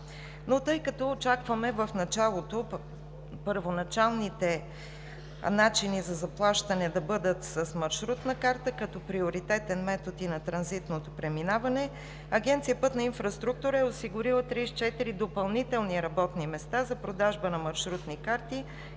Но тъй като очакваме първоначалните начини за заплащане да бъдат с маршрутна карта, като приоритетен метод и на транзитното преминаване, Агенция „Пътна инфраструктура“ е осигурила 34 допълнителни работни места за продажба на маршрутни карти